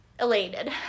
elated